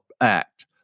act